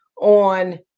on